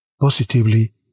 Positively